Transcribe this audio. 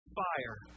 fire